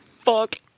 fuck